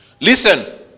listen